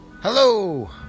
Hello